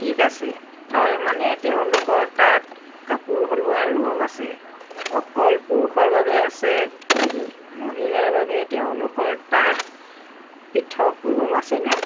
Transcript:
ঠিক আছে তাৰমানে তেওঁলোকৰ তাত কাপোৰ সলোৱা ৰুম আছে অকল পুৰুষৰ বাবে আছে নেকি মহিলাৰ বাবে তেওঁলোকৰ তাত পৃথক ৰুম আছেনে